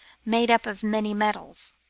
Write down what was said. made up of many metals.